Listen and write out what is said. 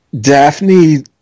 Daphne